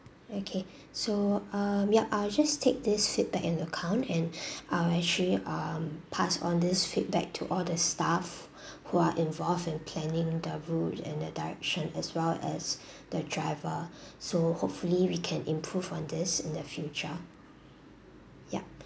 okay so um yup I'll just take this feedback into account and I'll actually um pass on this feedback to all the staff who are involved in planning the route and the direction as well as the driver so hopefully we can improve on this in the future yup